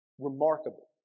Remarkable